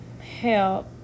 help